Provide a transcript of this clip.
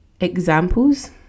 Examples